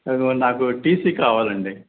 నాకు T C కావాలండి